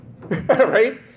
right